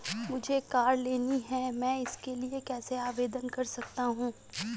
मुझे कार लेनी है मैं इसके लिए कैसे आवेदन कर सकता हूँ?